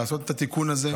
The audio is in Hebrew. לעשות את התיקון הזה,